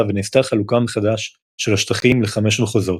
ונעשתה חלוקה מחדש של השטחים ל-15 מחוזות.